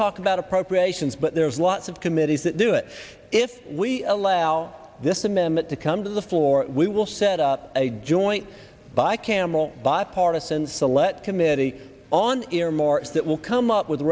talk about appropriations but there's lots of committees that do it if we allow this amendment to come to the floor we will set up a joint by camel bipartisan select committee on earmarks that will come up with